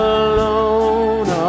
alone